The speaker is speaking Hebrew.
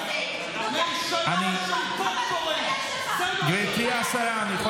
השרה, גברתי השרה.